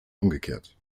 umgekehrt